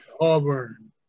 Auburn